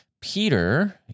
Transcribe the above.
Peter